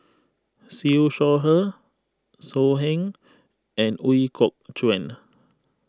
Siew Shaw Her So Heng and Ooi Kok Chuen